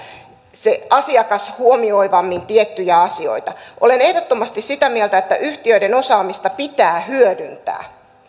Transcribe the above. asiakashuomioivammin tiettyjä asioita olen ehdottomasti sitä mieltä että yhtiöiden osaamista pitää hyödyntää